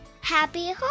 happy